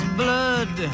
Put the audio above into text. blood